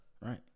right